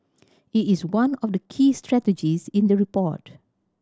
it is one of the key strategies in the report